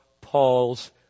Paul's